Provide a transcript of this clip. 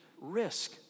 risk